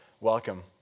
welcome